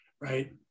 right